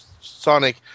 Sonic